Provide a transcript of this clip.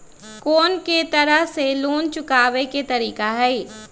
कोन को तरह से लोन चुकावे के तरीका हई?